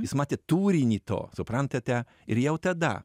jis matė turinį to suprantate ir jau tada